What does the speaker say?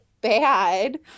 bad